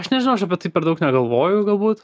aš nežinau aš apie tai per daug negalvoju galbūt